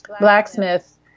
blacksmith